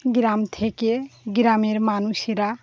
গ্রাম থেকে গ্রামের মানুষেরা